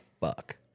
fuck